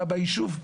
ביישוב.